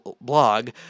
Blog